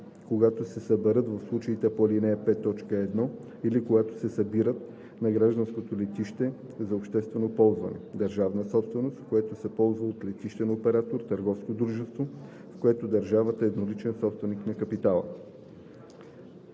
когато се събират в случаите по ал. 5, т. 1 или когато се събират на гражданско летище за обществено ползване – държавна собственост, което се ползва от летищен оператор – търговско дружество, в което държавата е едноличен собственик на капитала.“